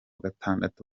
gatandatu